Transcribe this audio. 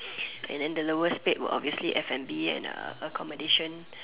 and then the lowest paid were obviously F&B and uh accommodation